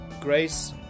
Grace